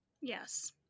Yes